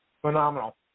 Phenomenal